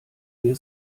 wir